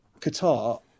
Qatar